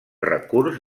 recurs